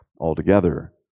altogether